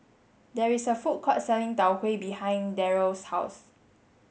there is a food court selling Tau Huay behind Darrell's house